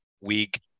week